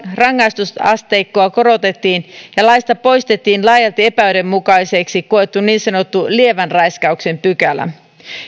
rangaistusasteikkoa korotettiin ja laista poistettiin laajalti epäoikeudenmukaiseksi koettu niin sanottu lievän raiskauksen pykälä